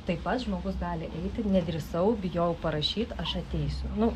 taip pat žmogus gali eiti nedrįsau bijojau parašyti aš ateisiu nu